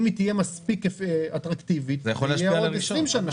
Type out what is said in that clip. אם היא תהיה מספיק אטרקטיבית, תהיה לעוד 20 שנים.